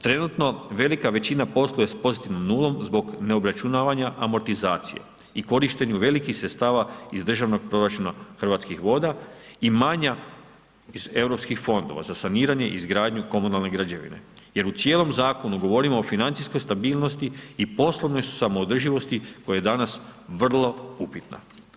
Trenutno velika većina posluje s pozitivnom nulom zbog neobračunavanja amortizacije i korištenju velikih sredstava iz državnog proračuna Hrvatskih voda i manja iz Europskih fondova za saniranje i izgradnju komunalne građevine jer u cijelom zakonu govorimo o financijskoj stabilnosti i poslovnoj samoodrživosti koja je danas vrlo upitna.